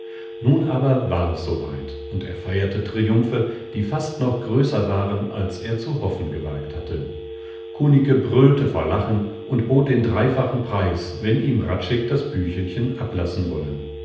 nun aber war es so weit und er feierte triumphe die fast noch größer waren als er zu hoffen gewagt hatte kunicke brüllte vor lachen und bot den dreifachen preis wenn ihm hradscheck das büchelchen ablassen wolle